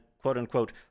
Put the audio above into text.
quote-unquote